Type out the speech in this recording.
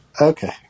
Okay